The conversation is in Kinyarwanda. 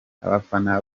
abafana